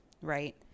right